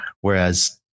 Whereas